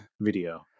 video